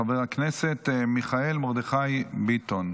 חבר הכנסת מיכאל מרדכי ביטון,